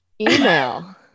email